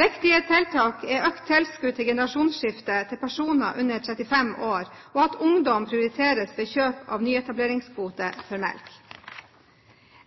Viktige tiltak er økt tilskudd til generasjonsskifte til personer under 35 år, og at ungdom prioriteres ved kjøp av nyetableringskvote for melk.